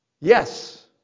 Yes